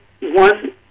one